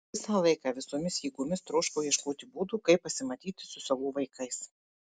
visą laiką visomis jėgomis troškau ieškoti būdų kaip pasimatyti su savo vaikais